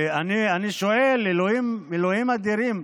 ואני שואל: אלוהים אדירים,